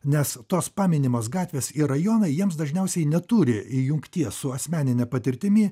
nes tos paminimos gatvės ir rajonai jiems dažniausiai neturi jungties su asmenine patirtimi